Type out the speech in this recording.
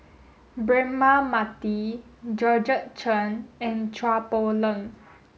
Braema Mathi Georgette Chen and Chua Poh Leng